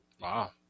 Wow